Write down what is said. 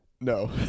No